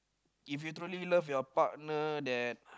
if you truly love your partner that